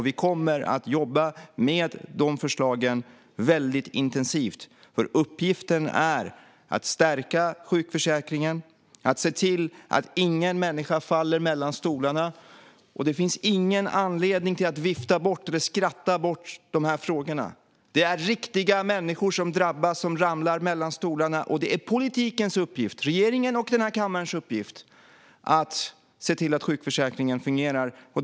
Vi kommer att jobba väldigt intensivt med dessa förslag. Uppgiften är att stärka sjukförsäkringen och se till att ingen människa faller mellan stolarna. Det finns ingen anledning att vifta bort eller skratta bort dessa frågor, som vissa ledamöter nu gör. Det är riktiga människor som drabbas och faller mellan stolarna, och det är politikens - regeringens och denna kammares - uppgift att se till att sjukförsäkringen fungerar.